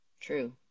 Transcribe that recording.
true